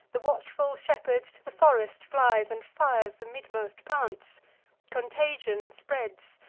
the watchful shepherd to the forest flies, and fires the midmost plants contagion spreads,